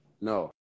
No